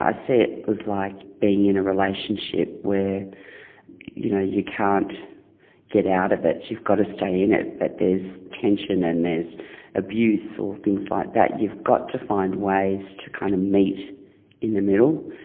i see it as like being in a relationship where you know you can't get out of it, you've got to stay in it, but there's tension and there's abuse or things like that. you've got to find ways to kind of meet in the middle,